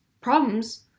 problems